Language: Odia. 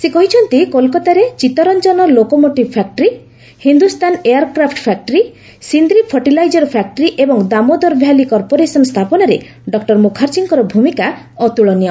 ସେ କହିଛନ୍ତି କୋଲକାତାରେ ଚିଉର୍ଚ୍ଚନ locomotive factory Hindustan aircraft ଫ୍ୟାକ୍ଟ୍ରିସିନ୍ଦ୍ରି fertiliser factory ଏବଂ ଦାମୋଦର ଭ୍ୟାଲି କର୍ପୋରେସନ ସ୍ଥାପନରେ ଡକ୍ଟର ମୁଖାର୍ଜୀଙ୍କର ଭୂମିକା ଅତୁଳନୀୟ